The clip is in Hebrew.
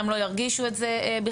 הם לא ירגישו את זה בכלל,